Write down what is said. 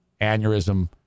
aneurysm